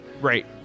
right